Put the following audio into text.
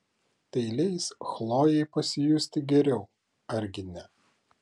tai leis chlojei pasijusti geriau argi ne